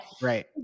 Right